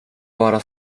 bara